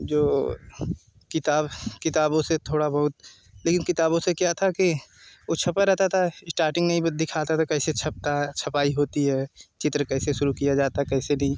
जो किताब किताबों से थोड़ा बहुत लेकिन किताबों से क्या था कि ऊ छपा रहता था स्टार्टिंग में ही बस दिखाता था कैसे छपता है छपाई होती है चित्र कैसे शुरू किया जाता कैसे दी